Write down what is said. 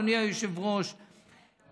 אדוני היושב-ראש,